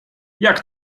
jak